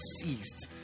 ceased